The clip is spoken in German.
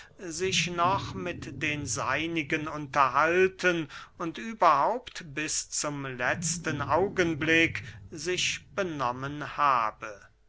sich noch mit den seinigen unterhalten und überhaupt bis zum letzten augenblick sich benommen habe